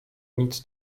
nic